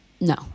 No